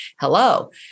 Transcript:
Hello